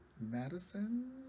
Madison